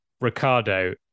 Ricardo